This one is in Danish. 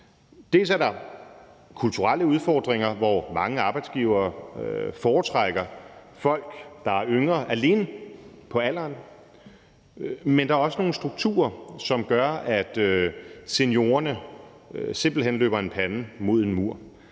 Der er kulturelle udfordringer, f.eks. at arbejdsgivere foretrækker folk, der er yngre, alene på grund af deres alder, men der er også nogle strukturer, som gør, at seniorerne simpelt hen løber panden mod en mur.